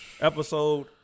episode